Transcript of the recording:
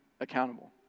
accountable